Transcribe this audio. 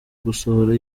gusohora